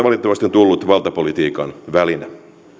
valitettavasti on tullut valtapolitiikan väline